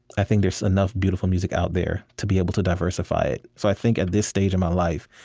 i think there's enough beautiful music out there to be able to diversify it so i think, at this stage in my life,